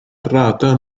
errata